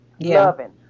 Loving